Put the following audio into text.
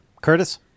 Curtis